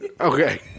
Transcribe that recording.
Okay